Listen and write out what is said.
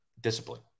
discipline